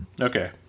Okay